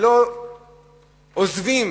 שלא עוזבים